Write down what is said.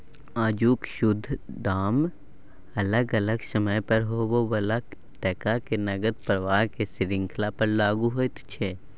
आजुक शुद्ध दाम अलग अलग समय पर होइ बला टका के नकद प्रवाहक श्रृंखला पर लागु होइत छै